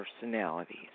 personalities